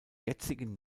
jetzigen